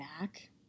back